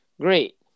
great